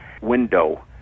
window